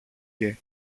και